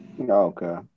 Okay